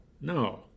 No